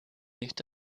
nicht